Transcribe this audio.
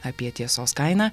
apie tiesos kainą